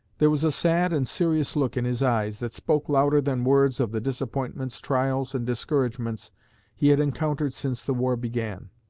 there was a sad and serious look in his eyes that spoke louder than words of the disappointments, trials, and discouragements he had encountered since the war began.